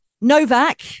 Novak